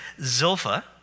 Zilpha